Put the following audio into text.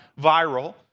viral